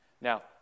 Now